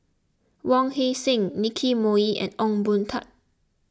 Wong Heck Sing Nicky Moey and Ong Boon Tat